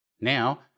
Now